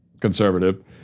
conservative